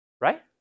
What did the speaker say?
right